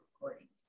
recordings